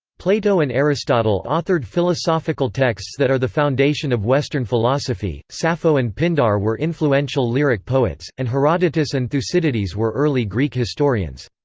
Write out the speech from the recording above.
plato and aristotle authored philosophical texts that are the foundation of western philosophy, sappho and pindar were influential lyric poets, and herodotus and thucydides were early greek historians.